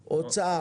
אלא של משרד האוצר,